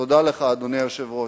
תודה לך, אדוני היושב-ראש.